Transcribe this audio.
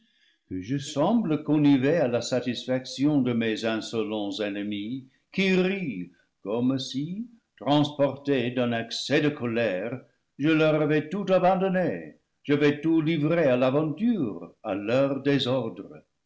que je semble conniver à la satisfaction de mes insolents ennemis qui rient comme si transporté d'un accès de colère je leur avais tout abandonné j'avais tout livré à l'aventure à leur désordre